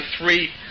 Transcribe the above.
three